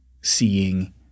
seeing